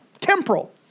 Temporal